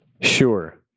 Sure